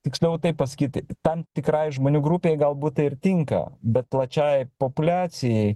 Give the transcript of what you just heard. tiksliau taip pasakyt tam tikrai žmonių grupei galbūt tai ir tinka bet pačiai populiacijai